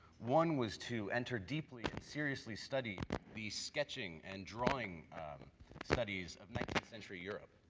one was to enter deeply and seriously study the sketching and drawing studies of nineteenth century europe.